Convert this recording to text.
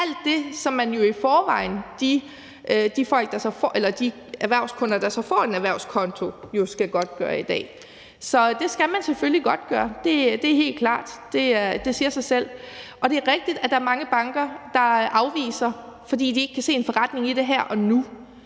alt det, som man, altså de erhvervskunder, der så får en erhvervskonto, jo i forvejen skal godtgøre i dag. Så det skal man selvfølgelig godtgøre. Det er helt klart. Det siger sig selv. Og det er rigtigt, at der er mange banker, der afviser, fordi de ikke kan se en forretning i det her og nu,